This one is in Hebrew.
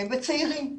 הן בצעירים.